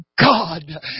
God